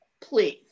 Please